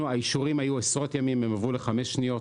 האישורים היו לוקחים עשרות ימים והם עברו לחמש שניות,